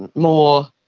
and more,